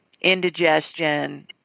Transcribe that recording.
indigestion